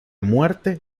muerte